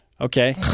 Okay